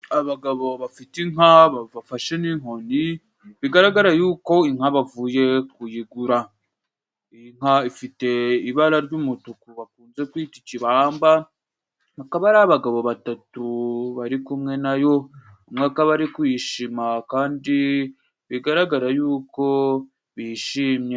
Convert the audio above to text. Abagabo bafite inka bafashe n'inkoni bigaragara yuko inka bavuye kuyigura, inka ifite ibara ry'umutuku bakunze kwiyita ikibamba, akaba ari abagabo batatu bari kumwe nayo umweka bari kwishima kandi bigaragara yuko bishimye.